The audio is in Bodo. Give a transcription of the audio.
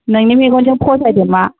नोंनि मेगनजों फसायदो मा